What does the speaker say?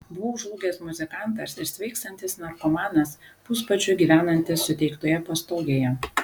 buvau žlugęs muzikantas ir sveikstantis narkomanas pusbadžiu gyvenantis suteiktoje pastogėje